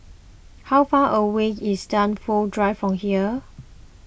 how far away is Dunsfold Drive from here